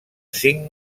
cinc